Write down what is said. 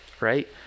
right